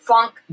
Funk